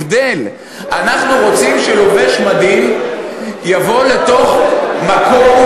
אנחנו רוצים שלובש מדים יבוא לתוך מקום,